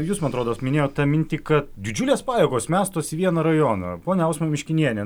jūs man atrodos minėjot tą mintį kad didžiulės pajėgos mestos į vieną rajoną ponia ausma miškinienė